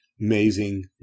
Amazing